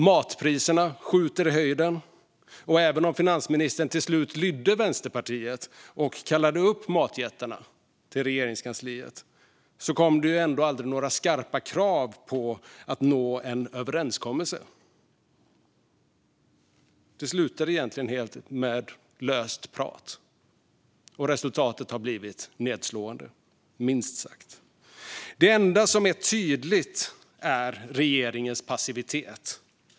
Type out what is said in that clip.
Matpriserna skjuter i höjden, och även om finansministern till slut lydde Vänsterpartiet och kallade upp matjättarna till Regeringskansliet kom det aldrig några skarpa krav på att nå en överenskommelse. Det slutade med lite löst prat. Resultatet har blivit nedslående, minst sagt. Det enda som är tydligt är regeringens passivitet.